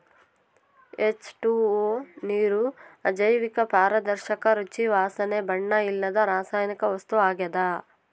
H two O ನೀರು ಅಜೈವಿಕ ಪಾರದರ್ಶಕ ರುಚಿ ವಾಸನೆ ಬಣ್ಣ ಇಲ್ಲದ ರಾಸಾಯನಿಕ ವಸ್ತು ಆಗ್ಯದ